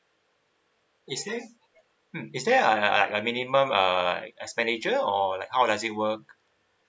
is there um is there a a a minimum uh expenditure or like how does it work